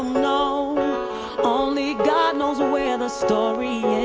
know only god knows where the story